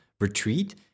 retreat